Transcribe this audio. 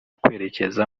kwerekeza